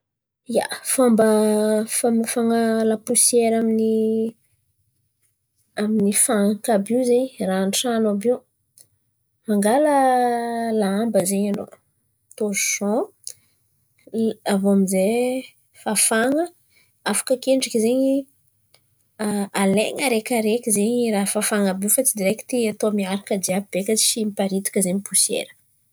ia, fômba famafana laposiera amy ny amin'n̈y fanaka àby io zen̈y raha an-tran̈o àby io, mangala lamba zen̈y an̈ao, torshan avô amin'jay fafan̈a. Afaka akendriky zen̈y, alain̈a araikiaraiky zen̈y raha fafan̈a àby io fa tsy direkty atao miaraka jiàby beka tsy miparitaka zen̈y posiera.